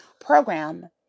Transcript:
program